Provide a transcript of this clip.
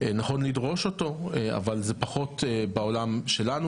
ונכון לדרוש אותו, אבל זה פחות בעולם שלנו.